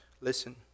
listen